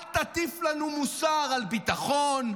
אל תטיף לנו מוסר על ביטחון,